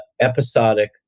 episodic